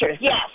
yes